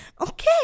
Okay